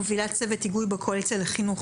מובילת צוות היגוי בקואליציה לחינוך